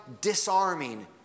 disarming